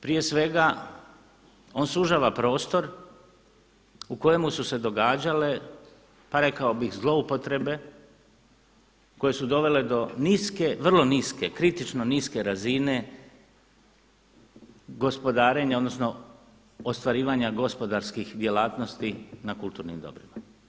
Prije svega on sužava prostor u kojemu su se događale pa rekao bih zloupotrebe koje su dovele do niske, vrlo niske, kritično niske razine gospodarenja odnosno ostvarivanja gospodarskih djelatnosti na kulturnim dobrima.